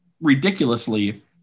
ridiculously